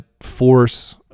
force